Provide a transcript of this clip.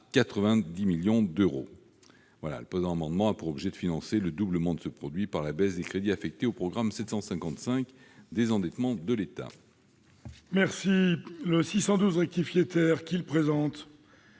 90 millions d'euros. Le présent amendement a pour objet de financer le doublement de ce produit par la baisse des crédits affectés au programme 755, « Désendettement de l'État